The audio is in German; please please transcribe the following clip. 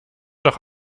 doch